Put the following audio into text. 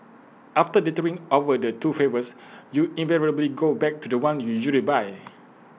after dithering over the two flavours you invariably go back to The One you usually buy